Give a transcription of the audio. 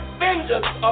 vengeance